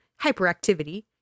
hyperactivity